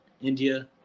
India